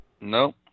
No